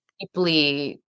deeply